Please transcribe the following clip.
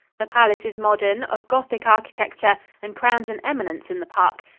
the palace is modern, of gothic architecture, and crowns an eminence in the park.